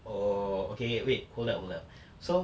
oh okay okay wait hold up hold up so